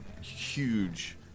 huge